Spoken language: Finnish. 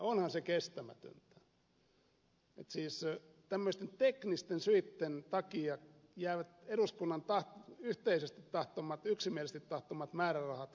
onhan se kestämätöntä että tämmöisten teknisten syitten takia jäävät eduskunnan yhteisesti tahtomat yksimielisesti tahtomat määrärahat käyttämättä